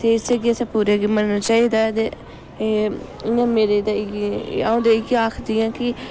ते इस्सै गै असें पूरे मनना चाहिदा ते इयां मेरे ते इ'यै अ'ऊं ते इ'यै आखदी आं कि